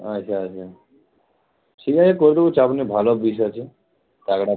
আচ্ছা আচ্ছা ঠিক আছে করে দেবো চাপ নেই ভালো বিষ আছে